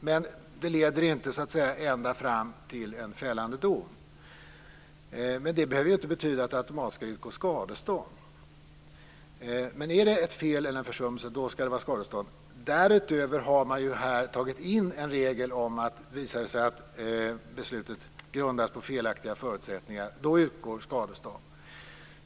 Men det leder inte ända fram till en fällande dom. Men det behöver inte betyda att det automatiskt skall utgå skadestånd. Är det ett fel eller en försummelse skall det vara skadestånd. Därutöver har man tagit in en regel om att när beslutet grundar sig på felaktiga förutsättningar då utgår skadestånd.